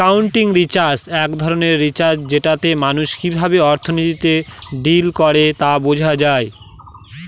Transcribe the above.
accounting research এক ধরনের research যেটাতে মানুষ কিভাবে অর্থনীতিতে ডিল করে তা বোঝা যায়